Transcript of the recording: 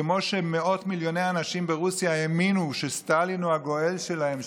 כמו שמאות מיליוני אנשים ברוסיה האמינו שסטלין הוא הגואל שלהם,